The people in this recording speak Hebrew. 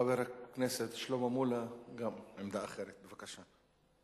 חבר הכנסת שלמה מולה, גם עמדה אחרת, בבקשה.